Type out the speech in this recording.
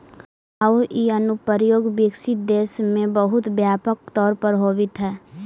आउ इ अनुप्रयोग विकसित देश में बहुत व्यापक तौर पर होवित हइ